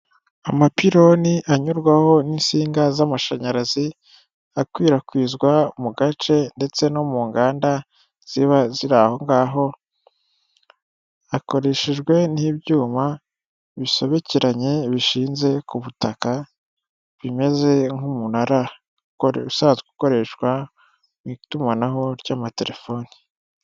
Amapiloni anyurwaho n'insinga z'amashanyarazi akwirakwizwa mu gace ndetse no mu nganda ziba ziri aho ngaho, hakoreshejwe n'ibyuma bisobekeranye bishinze ku butaka, bimeze nk'umunara usanzwe ukoreshwa mw’itumanaho ry'amatelefoni.